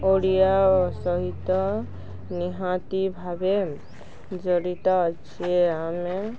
ଓଡ଼ିଆ ସହିତ ନିହାତି ଭାବେ ଜଡ଼ିତ ଅଛି ଆମେ